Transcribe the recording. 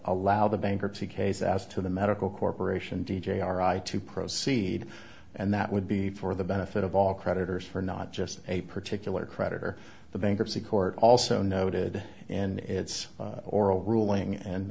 allow the bankruptcy case as to the medical corporation d j r i to proceed and that would be for the benefit of all creditors for not just a particular creditor the bankruptcy court also noted in its oral ruling and